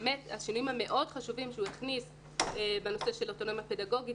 המאוד חשובים שהוא הכניס בנושא של אוטונומיה פדגוגית